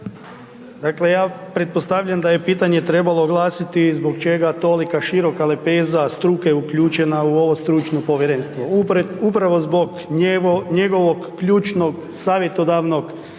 Dakle ja pretpostavljam da je pitanje trebalo glasiti zbog čega tolika široka lepeza struke je uključena u ovo stručno povjerenstvo. Upravo zbog njegovog ključnog savjetodavnog